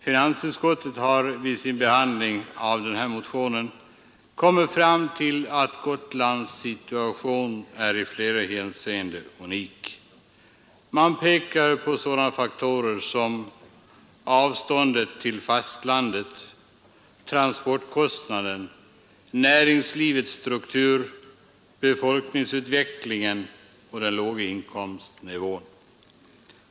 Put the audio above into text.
Finansutskottet har vid sin behandling av denna motion kommit fram till att Gotlands situation i flera hänseenden är unik. Man pekar på sådana faktorer som avståndet till fastlandet, transportkostnaderna, näringslivets struktur, befolkningsutvecklingen och den låga inkomstnivån.